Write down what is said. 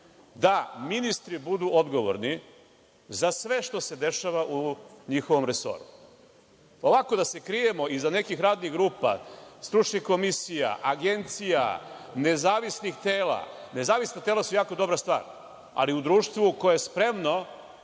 da ministri budu odgovorni za sve što se dešava u njihovom resoru. Ovako da se krijemo iza nekih radnih grupa, stručnih komisija, agencija, nezavisnih tela. Nezavisna tela su jako dobra stvar, ali u društvu koje je spremno